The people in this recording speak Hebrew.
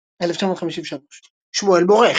1953. שמואל מורה,